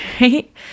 right